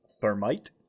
thermite